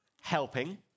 helping